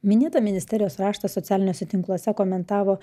minėtą ministerijos raštą socialiniuose tinkluose komentavo